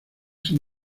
sin